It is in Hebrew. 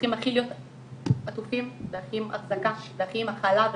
צריכים להיות הכי עטופים בהכלה ורגישות.